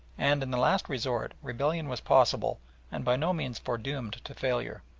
and in the last resort rebellion was possible and by no means foredoomed to failure.